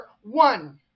one